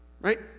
right